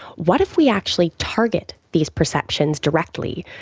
what if we actually target these perceptions directly?